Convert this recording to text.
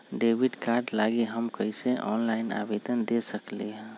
Debit card लागी हम कईसे ऑनलाइन आवेदन दे सकलि ह?